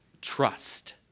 trust